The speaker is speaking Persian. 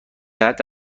صحت